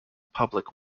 public